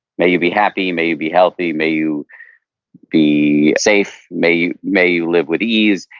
may you be happy, may you be healthy, may you be safe, may may you live with ease,